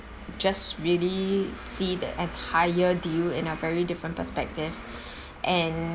just really see the entire deal in a very different perspective and